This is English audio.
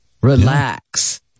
relax